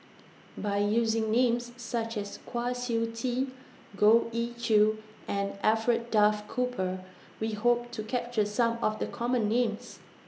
By using Names such as Kwa Siew Tee Goh Ee Choo and Alfred Duff Cooper We Hope to capture Some of The Common Names